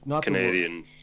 Canadian